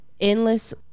endless